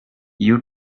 you